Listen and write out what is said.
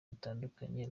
butandukanye